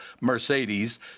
Mercedes